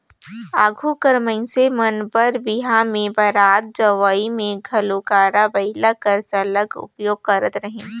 आघु कर मइनसे मन बर बिहा में बरात जवई में घलो गाड़ा बइला कर सरलग उपयोग करत रहिन